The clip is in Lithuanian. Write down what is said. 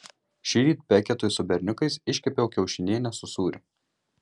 šįryt beketui su berniukais iškepiau kiaušinienę su sūriu